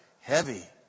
heavy